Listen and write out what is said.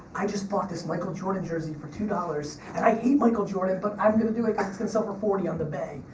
i just bought this michael jordan jersey for two dollars, and i hate michael jordan, but i'm gonna do it cause it can sell for forty on the bay.